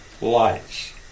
lights